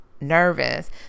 nervous